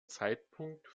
zeitpunkt